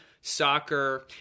soccer